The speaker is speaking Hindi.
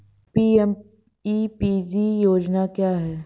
पी.एम.ई.पी.जी योजना क्या है?